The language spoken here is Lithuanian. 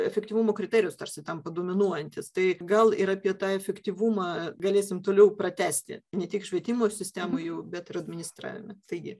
efektyvumo kriterijus tarsi tampa dominuojantis tai gal ir apie tą efektyvumą galėsim toliau pratęsti ne tik švietimo sistemoj jau bet ir administravime taigi